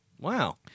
Wow